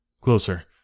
closer